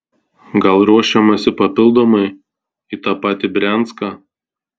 gal ruošiamasi papildomai į tą patį brianską